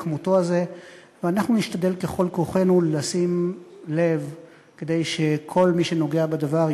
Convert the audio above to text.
ואז אולי נבנה חברה טובה